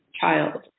child